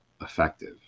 effective